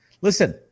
Listen